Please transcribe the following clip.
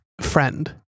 friend